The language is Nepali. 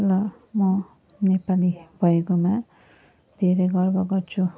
ल म नेपाली भएकोमा धेरै गर्व गर्छु